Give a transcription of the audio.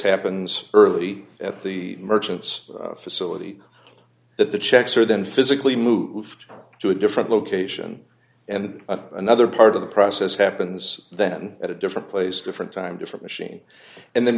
happens early at the merchant's facility that the checks are then physically moved to a different location and another part of the process happens then at a different place different time different machine and then